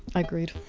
agreed.